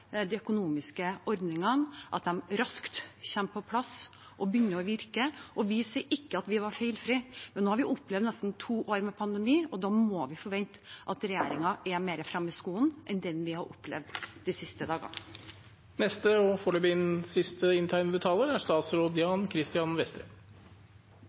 at de raskt kommer på plass og begynner å virke. Vi sier ikke at vi var feilfrie. Men nå har vi opplevd nesten to år med pandemi, og da må vi forvente at regjeringen er mer fremme i skoene enn det vi har opplevd de siste dagene. Verken jeg eller andre representanter for regjeringen har avvist en lønnsstøtteordning. Vi har derimot sagt at vi er